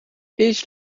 ich